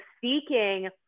seeking